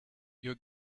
you